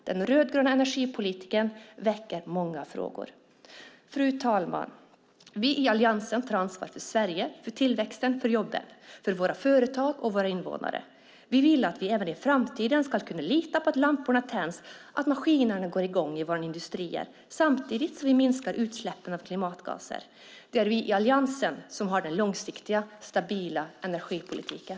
Den rödgröna energipolitiken väcker många frågor. Vi i Alliansen tar ansvar för Sverige, tillväxten, jobben, våra företag och våra invånare. Vi vill att vi även i framtiden ska kunna lita på att lamporna tänds och att maskinerna går i gång i våra industrier samtidigt som vi minskar utsläppen av klimatgaser. Det är vi i Alliansen som har den långsiktiga, stabila energipolitiken.